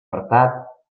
apartat